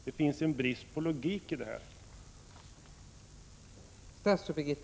Det finns en brist på logik i det.